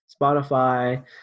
Spotify